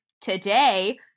today